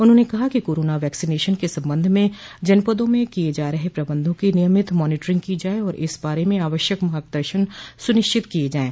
उन्होंने कहा कि कोरोना वैक्सीनेशन के संबंध में जनपदों में किये जा रहे प्रबन्धों की नियमित मानीटरिंग की जाये और इस बारे में आवश्यक मार्गदर्शन सुनिश्चित किये जायें